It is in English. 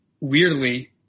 weirdly